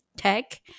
tech